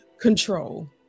control